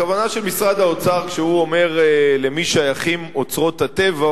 הכוונה של משרד האוצר כשהוא אומר למי שייכים אוצרות הטבע,